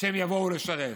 שהם יבואו לשרת.